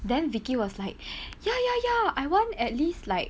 then vicky was like ya ya ya I want at least like